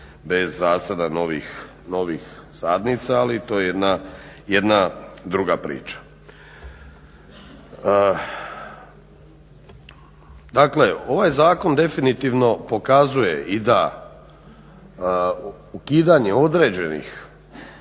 bez zasada novih sadnica, ali to je jedna druga priča. Dakle ovaj zakon definitivno pokazuje i da ukidanje određenih